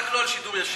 רק לא על השידור הישיר.